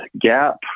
GAP